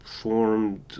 formed